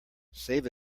save